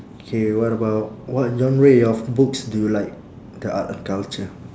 okay what about what genre of books do you like the art and culture